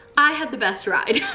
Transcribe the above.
i had the best ride.